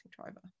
driver